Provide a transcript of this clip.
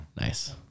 Nice